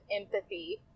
empathy